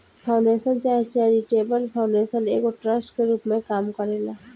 foundation चाहे charitable foundation एगो trust के रूप में काम करेला